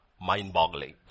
mind-boggling